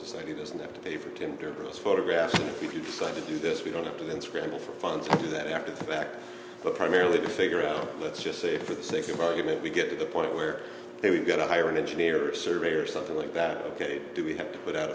society doesn't have to pay for tim gerberas photograph if you decide to do this we don't have to then scramble for funds to do that after the fact but primarily to figure out let's just say for the sake of argument we get to the point where we've got to hire an engineer or a surveyor something like that ok do we have to put out